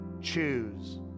choose